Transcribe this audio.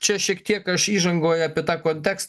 čia šiek tiek aš įžangoje apie tą kontekstą